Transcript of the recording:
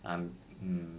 I'm mm